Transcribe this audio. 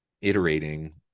iterating